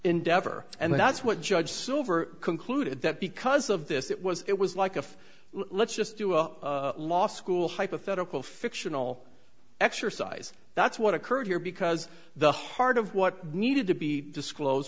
endeavor and that's what judge silver concluded that because of this it was it was like a let's just do a law school hypothetical fictional exercise that's what occurred here because the heart of what needed to be disclose